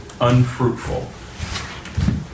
unfruitful